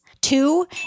Two